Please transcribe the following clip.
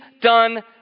done